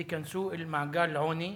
ייכנסו למעגל העוני,